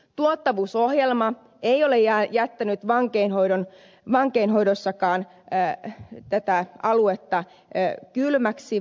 tuottavuusohjelma ei ole jättänyt vankeinhoidossakaan tätä aluetta kylmäksi